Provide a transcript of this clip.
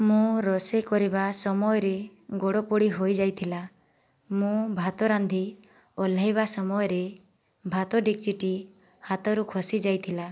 ମୁଁ ରୋଷେଇ କରିବା ସମୟରେ ଗୋଡ଼ ପୋଡ଼ି ହୋଇଯାଇଥିଲା ମୁଁ ଭାତ ରାନ୍ଧି ଓଲ୍ହେଇବା ସମୟରେ ଭାତ ଡେକ୍ଚିଟି ହାତରୁ ଖସିଯାଇଥିଲା